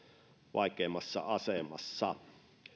vaikeimmassa asemassa